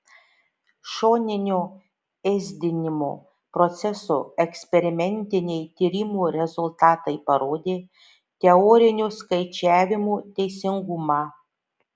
šoninio ėsdinimo procesų eksperimentiniai tyrimų rezultatai parodė teorinių skaičiavimų teisingumą